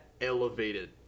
elevated